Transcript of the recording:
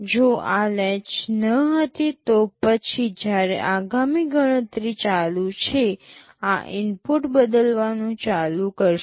જો આ લેચ ન હતી તો પછી જ્યારે આગામી ગણતરી ચાલુ છે આ ઇનપુટ બદલવાનું ચાલુ કરશે